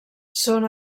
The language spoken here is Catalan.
són